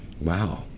Wow